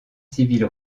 civile